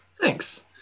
Thanks